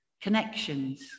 connections